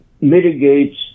mitigates